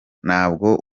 nabwo